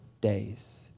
days